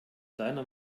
deiner